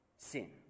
sin